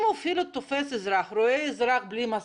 אפילו אם הוא תופס אזרח בלי מסכה,